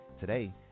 Today